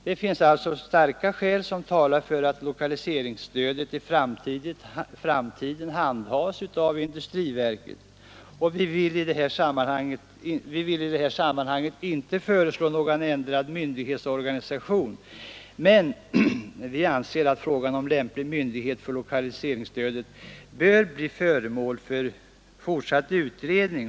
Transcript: Det finns alltså starka skäl som talar för att lokaliseringsstödet i framtiden handhas av industriverket. Vi vill i det här sammanhanget inte föreslå någon ändrad myndighetsorganisation, men vi menar att frågan om lämplig myndighet för lokaliseringsstödet bör bli föremål för fortsatt utredning.